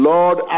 Lord